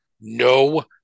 No